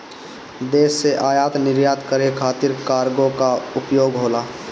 देश से आयात निर्यात करे खातिर कार्गो कअ उपयोग होला